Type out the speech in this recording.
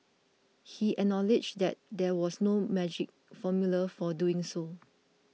he acknowledged that there was no magic formula for doing so